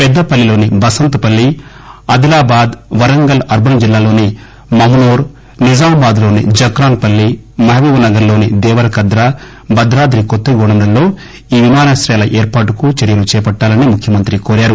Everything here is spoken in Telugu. పెద్దపల్లిలోని బసంత్ పల్లి ఆదిలాబాద్ వరంగల్ అర్బన్ జిల్లాలోని మమ్ నోర్ నిజామాబాద్ లోని జక్రాన్ పల్లి మహబూబ్ నగర్ లోని దేవరకద్రా భద్రాద్రి కొత్తగూడెం లలో ఈ విమానాశ్రయాల ఏర్పాటుకు చర్యలు చేపట్టాలని ముఖ్యమంత్రి కోరారు